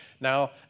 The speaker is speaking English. Now